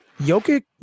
Jokic